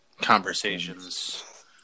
conversations